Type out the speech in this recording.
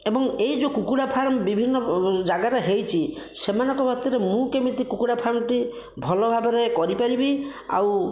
ଏବଂ ଏ ଯେଉଁ କୁକୁଡ଼ା ଫାର୍ମ ବିଭିନ୍ନ ଜାଗାରେ ହୋଇଛି ସେମାନଙ୍କ ଭିତରେ ମୁଁ କେମିତି କୁକୁଡ଼ା ଫାର୍ମଟି ଭଲ ଭାବରେ କରିପାରିବି ଆଉ